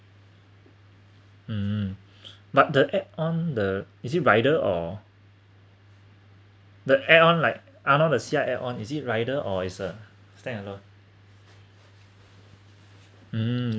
mm but the add on the is it rider or the add on like I know the side add on is it rider or is a stand also mm